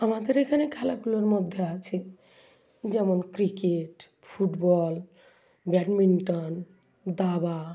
আমাদের এখানে খেলাগুলোর মধ্যে আছে যেমন ক্রিকেট ফুটবল ব্যাডমিন্টন দাবা